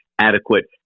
adequate